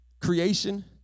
creation